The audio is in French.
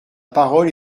parole